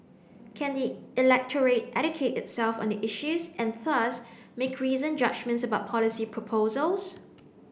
can the electorate educate itself on the issues and thus make reasoned judgements about policy proposals